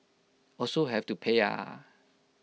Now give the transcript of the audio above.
also have to pay ah